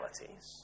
realities